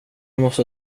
måste